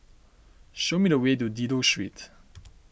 show me the way to Dido Street